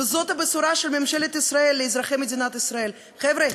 וזאת הבשורה של ממשלת ישראל לאזרחי מדינת ישראל: חבר'ה,